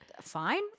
fine